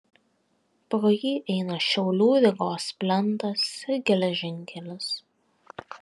pro jį eina šiaulių rygos plentas ir geležinkelis